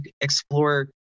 explore